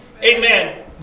Amen